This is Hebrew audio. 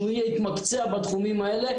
שהוא יתמקצע בתחומים האלה,